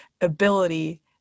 ability